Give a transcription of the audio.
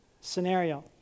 scenario